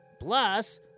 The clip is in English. Plus